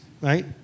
right